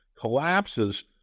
collapses